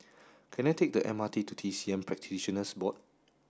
can I take the M R T to T C M Practitioners Board